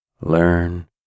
learn